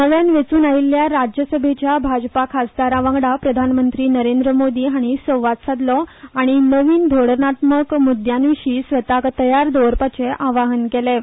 नव्यान वेंचून आयिल्ल्या राज्य सभेच्या भाजपा खासदारां वांगडा प्रधानमंत्री नरेंद्र मोदी हांणी संवाद सादलो आनी नवीन धोरणात्मक मुद्याविशीं स्वताक तयार दवरपाचे आवाहन केलें